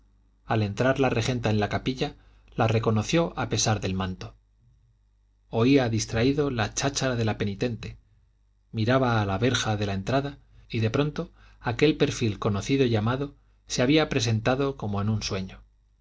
al entrar la regenta en la capilla la reconoció a pesar del manto oía distraído la cháchara de la penitente miraba a la verja de la entrada y de pronto aquel perfil conocido y amado se había presentado como en un sueño